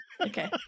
okay